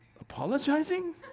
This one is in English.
apologizing